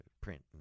print